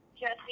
Jesse